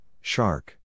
shark